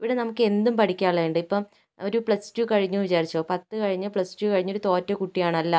ഇവിടെ നമുക്ക് എന്തും പഠിക്കാൻ ഉള്ളത് ഉണ്ട് ഇപ്പം ഒരു പ്ലസ് ടു കഴിഞ്ഞു എന്ന് വിചരിച്ചോ പത്ത് കഴിഞ്ഞ് പ്ലസ് ടു കഴിഞ്ഞൊരു തോറ്റ കുട്ടിയാണ് അല്ല